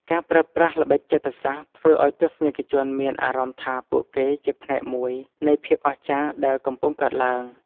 ការប្រើប្រាស់ល្បិចចិត្តសាស្ត្រធ្វើឱ្យទស្សនិកជនមានអារម្មណ៍ថាពួកគេជាផ្នែកមួយនៃភាពអស្ចារ្យដែលកំពុងកើតឡើង។